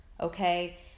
Okay